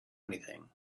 anything